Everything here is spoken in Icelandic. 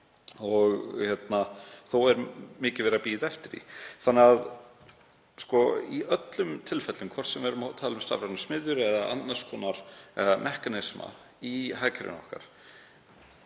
Þó er mikið verið að bíða eftir því. Í öllum tilfellum, hvort sem við erum að tala um stafrænar smiðjur eða annars konar mekanisma í hagkerfinu okkar,